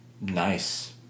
nice